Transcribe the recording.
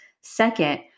Second